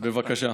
בבקשה.